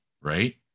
Right